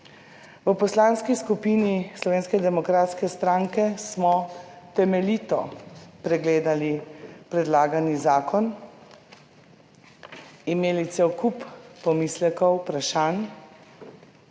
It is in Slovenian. V Poslanski skupini Slovenske demokratske stranke smo temeljito pregledali predlagani zakon, imeli cel kup pomislekov, vprašanj,